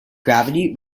gravity